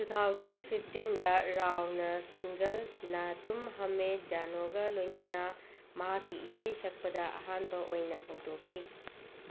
two thousand ꯐꯤꯞꯇꯤꯟꯗ ꯔꯥꯎꯅ ꯁꯤꯡꯒꯜ ꯅꯥꯇꯨꯝ ꯍꯃꯦ ꯖꯥꯅꯣꯒ ꯂꯣꯏꯅꯅ ꯃꯍꯥꯛꯀꯤ ꯏꯁꯩ ꯁꯛꯄꯗ ꯑꯍꯥꯟꯕ ꯑꯣꯏꯅ ꯍꯧꯗꯣꯛꯈꯤ